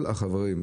כל החברים,